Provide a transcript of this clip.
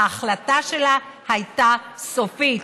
וההחלטה שלה הייתה סופית,